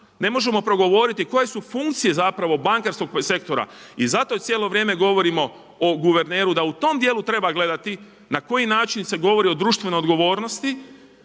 ne možemo progovoriti koje su funkcije zapravo bankarskog sektora i zato cijelo vrijeme govorimo o guverneru da u tom dijelu treba gledati na koji način se govori o društvenoj odgovornosti,